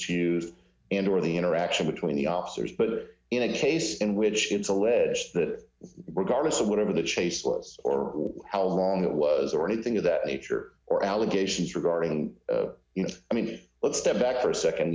you and or the interaction between the officers but in a case in which it's alleged that regardless of whatever the chase was or how long it was or anything of that nature or allegations regarding you know i mean let's step back for a